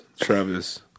Travis